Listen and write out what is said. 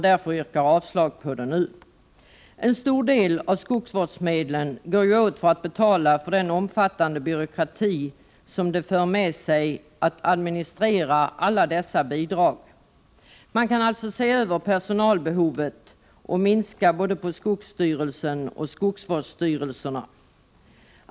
Därför yrkar vi nu avslag på detta bidrag. En stor del av skogsvårdsmedlen går ju åt för att betala den omfattande byråkrati som det för med sig att administrera alla dessa bidrag. Man kan alltså se över personalbehovet och minska både på skogsstyrelsen och skogsvårdsstyrelserna.